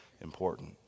important